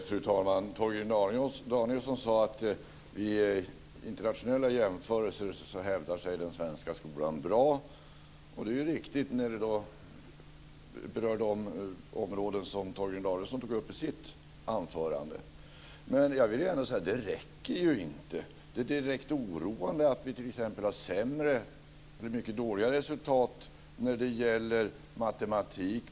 Fru talman! Torgny Danielsson sade att den svenska skolan hävdar sig bra i internationella jämförelser. Det är riktigt när det gäller de områden som Torgny Danielsson tog upp i sitt anförande. Men det räcker inte. Det är direkt oroande att vi t.ex. har mycket sämre resultat i matematik.